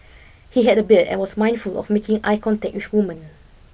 he had a beard and was mindful of making eye contact with women